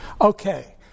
Okay